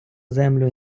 землю